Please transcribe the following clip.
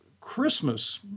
Christmas